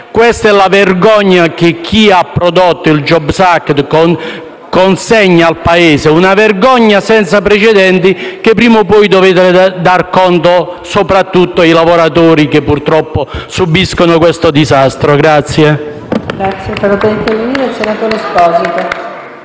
Questa è la vergogna che chi ha prodotto il *jobs act* consegna al Paese, una vergogna senza precedenti, di cui prima o poi dovrete dar conto, soprattutto ai lavoratori che purtroppo subiscono questo disastro.